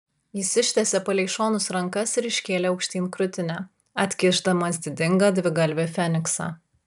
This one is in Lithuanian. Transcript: jis ištiesė palei šonus rankas ir iškėlė aukštyn krūtinę atkišdamas didingą dvigalvį feniksą